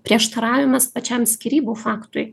prieštaravimas pačiam skyrybų faktui